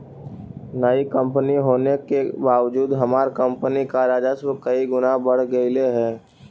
नई कंपनी होने के बावजूद हमार कंपनी का राजस्व कई गुना बढ़ गेलई हे